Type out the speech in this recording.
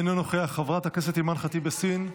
אינו נוכח, חברת הכנסת אימאן ח'טיב יאסין,